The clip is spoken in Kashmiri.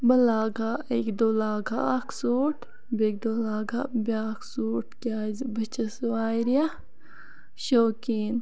بہٕ لاگہٕ ہا اَکہِ دۄہ لاگہٕ ہا اکھ سوٗٹ بیٚکہِ دۄہ لاگہٕ ہا بیاکھ سوٗٹ کیازِ بہٕ چھَس واریاہ شوقیٖن